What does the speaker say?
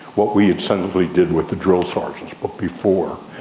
what we essentially did with the drill sergeants but before.